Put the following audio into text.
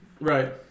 Right